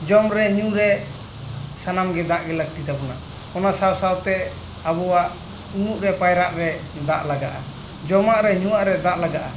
ᱡᱚᱢ ᱨᱮ ᱧᱩ ᱨᱮ ᱥᱟᱱᱟᱢ ᱜᱮ ᱫᱟᱜ ᱜᱮ ᱞᱟᱹᱠᱛᱤ ᱛᱟᱵᱚᱱᱟ ᱚᱱᱟ ᱥᱟᱶᱼᱥᱟᱶᱛᱮ ᱟᱵᱚᱣᱟᱜ ᱩᱢᱩᱜ ᱨᱮ ᱯᱟᱭᱨᱟᱜ ᱨᱮ ᱫᱟᱜ ᱞᱟᱜᱟᱜᱼᱟ ᱡᱚᱢᱟᱜ ᱨᱮ ᱧᱩᱣᱟᱜ ᱨᱮ ᱫᱟᱜ ᱞᱟᱜᱟᱜᱼᱟ